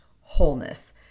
wholeness